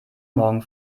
morgen